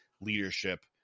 leadership